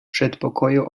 przedpokoju